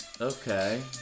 Okay